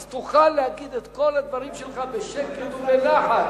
אז תוכל להגיד את כל הדברים שלך בשקט ובנחת.